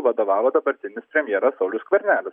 vadovavo dabartinis premjeras saulius skvernelis